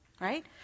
right